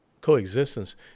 Coexistence